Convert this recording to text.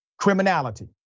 criminality